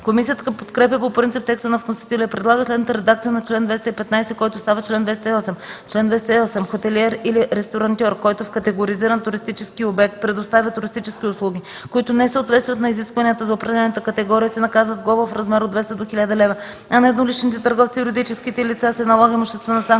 Комисията подкрепя по принцип текста на вносителя и предлага следната редакция на чл. 215, който става чл. 208: „Чл. 208. Хотелиер или ресторантьор, който в категоризиран туристически обект предоставя туристически услуги, които не съответстват на изискванията за определената категория, се наказва с глоба в размер от 200 до 1000 лв., а на едноличните търговци и юридическите лица се налага имуществена санкция